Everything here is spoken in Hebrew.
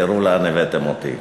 תראו לאן הבאתם אותי: